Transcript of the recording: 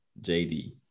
JD